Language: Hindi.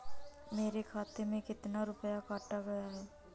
मेरे खाते से कितना रुपया काटा गया है?